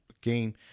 game